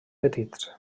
petits